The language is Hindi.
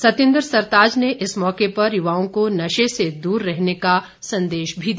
सतिंदर सरताज ने इस मौके पर युवाओं को नशे से दूर रहने का संदेश भी दिया